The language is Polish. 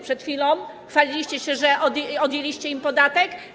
Przed chwilą chwaliliście się, że odjęliście im podatek.